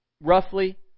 roughly